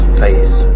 face